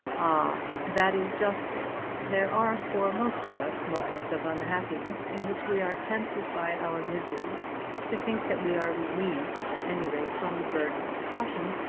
ah that is just it. there are for most of us moments of unhappiness in which we are tempted by our misery to think that we are relieved at any rate from the burden of caution,